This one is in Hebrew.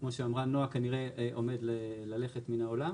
כמו שאמרה נועה כנראה עומד ללכת מן העלם